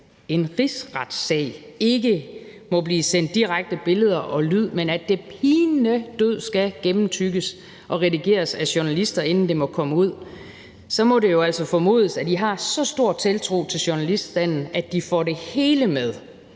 – en rigsretssag! – ikke må blive sendt direkte billeder og lyd, men at det pinedød skal gennemtygges og redigeres af journalister, inden det må komme ud, så må det jo altså formodes, at I har så stor tiltro til journaliststanden, og at journalisterne får det hele med,